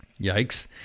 Yikes